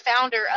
founder